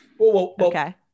Okay